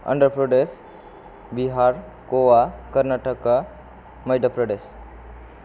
Andhra Pradesh Bihar Goa Karnataka Madhya' Pradesh